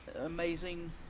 amazing